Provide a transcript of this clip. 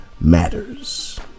matters